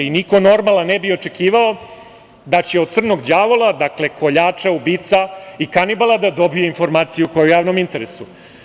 Niko normalan ne bi očekivao da će od crnog đavola, dakle, koljača, ubica i kanibala, da dobije informaciju koja je u javnom interesu.